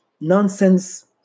nonsense